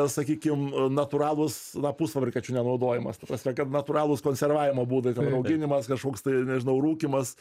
sakykim natūralūs na pusfabrikačių nenaudojimas ta prasme kad natūralūs konservavimo būdai ten rauginimas kažkoks tai nežinau rūkymas